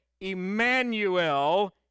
Emmanuel